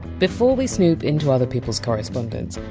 before we snoop into other people! s correspondence,